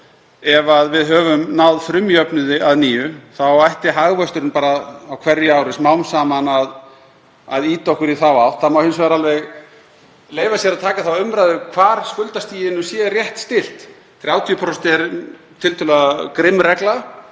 Ef við höfum náð frumjöfnuði að nýju ætti hagvöxturinn á hverju ári smám saman að ýta okkur í þá átt. Það má hins vegar alveg leyfa sér að taka þá umræðu hvar skuldastiginu sé rétt stillt. 30% er tiltölulega grimm regla.